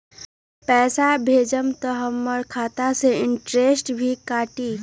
पैसा भेजम त हमर खाता से इनटेशट भी कटी?